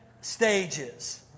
stages